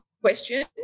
question